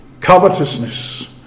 covetousness